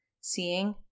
Seeing